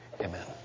Amen